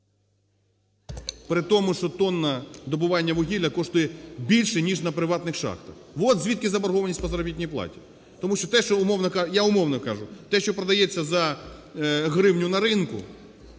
при тому що тонна добування вугілля коштує більше ніж на приватних шахтах. От звідки заборгованість по заробітній платі. Тому що те, що умовно… Я умовно кажу: